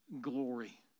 glory